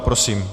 Prosím.